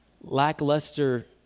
lackluster